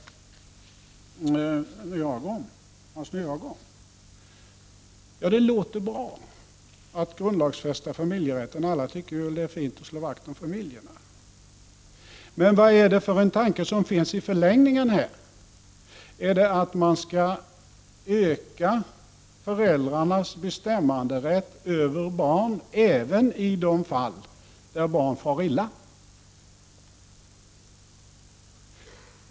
Att grundlagsfästa familjerätten låter bra. Alla tycker väl att det är fint att slå vakt om familjerna. Men vad är tanken i förlängningen? Är det att man skall öka föräldrarnas bestämmanderätt över barnen även i de fall där barnen far illa?